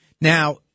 Now